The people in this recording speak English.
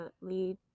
lead